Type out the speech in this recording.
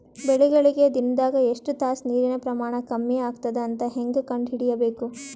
ಬೆಳಿಗಳಿಗೆ ದಿನದಾಗ ಎಷ್ಟು ತಾಸ ನೀರಿನ ಪ್ರಮಾಣ ಕಮ್ಮಿ ಆಗತದ ಅಂತ ಹೇಂಗ ಕಂಡ ಹಿಡಿಯಬೇಕು?